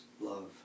love